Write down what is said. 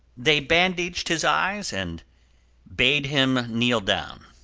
they bandaged his eyes, and bade him kneel down.